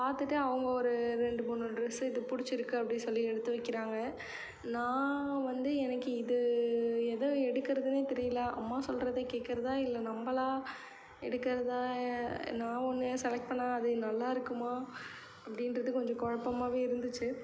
பார்த்துட்டு அவங்க ஒரு ரெண்டு மூணு ட்ரெஸ் இது பிடுச்சிருக்கு அப்படி சொல்லி எடுத்து வைக்கிறாங்க நான் வந்து எனக்கு இது எதை எடுக்கறதுனே தெரிலை அம்மா சொல்கிறத கேட்கறதா இல்லை நம்பளாக எடுக்கிறதா நான் ஒன்று செலக்ட் பண்ணா அது நல்லாயிருக்குமா அப்படின்றது கொஞ்சம் குழப்பமாகவே இருந்துச்சு